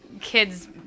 kids